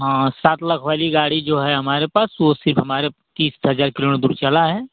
हाँ सात लाख वाली गाड़ी जो है हमारे पास वह सिर्फ हमारे तीस हज़ार किलोमीटर दूर चला है